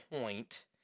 point